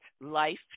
life